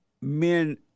men